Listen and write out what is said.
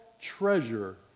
treasure